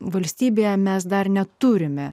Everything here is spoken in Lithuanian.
valstybėje mes dar neturime